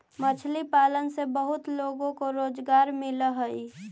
मछली पालन से बहुत लोगों को रोजगार मिलअ हई